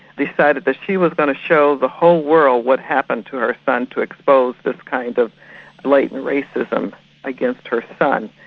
decided that she was going to show the whole world what happened to her son, to expose this kind of blatant racism against her son.